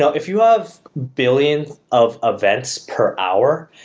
so if you have billionth of events per hour,